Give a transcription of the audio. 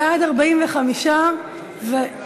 ההצעה להעביר את הצעת חוק הביטוח הלאומי (תיקון,